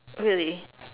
really